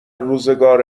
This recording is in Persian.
روزگار